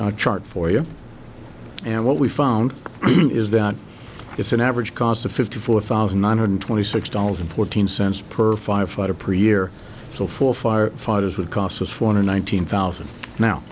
did chart for you and what we found is that it's an average cost of fifty four thousand nine hundred twenty six dollars and fourteen cents per firefighter per year so for fire fighters would cost us four hundred thousand n